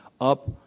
up